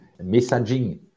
messaging